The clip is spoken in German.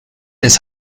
des